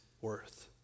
worth